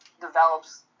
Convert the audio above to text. develops